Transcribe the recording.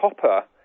copper